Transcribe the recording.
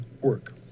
work